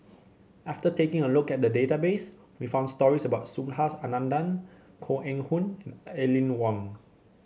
after taking a look at database we found stories about Subhas Anandan Koh Eng Hoon and Aline Wong